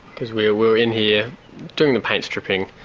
because we were in here doing the paint-stripping,